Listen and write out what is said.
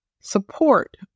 support